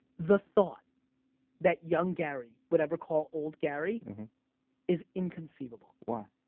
the thought that young gary would ever call old gary is inconceivable. why?